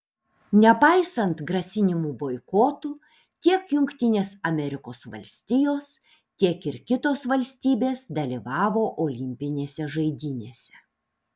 nepaisant grasinimų boikotu tiek jungtinės amerikos valstijos tiek ir kitos valstybės dalyvavo olimpinėse žaidynėse